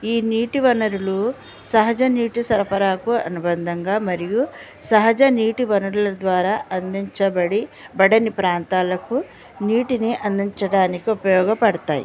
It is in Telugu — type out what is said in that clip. ఈ నీటి వనరులు సహజ నేటి సరఫరాకు అనుబంధంగా మరియు సహజ నీటి వనరుల ద్వారా అందించబడి బడని ప్రాంతాలకు నీటిని అందించడానికి ఉపయోగపడతాయి